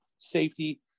safety